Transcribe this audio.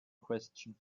question